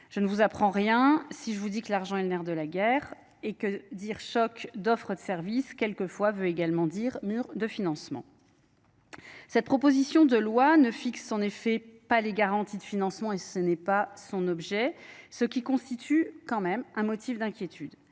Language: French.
Je ne vous apprends rien. Si je vous dis que l'argent est le nègre et que dire choc d'offres d'offre de services quelquefois veut également dire mur de financement cette proposition de loi nee fixe en effet pas les garanties de financement et ce n'est pas son objet ce qui constitue quand même un motif d'inquiétude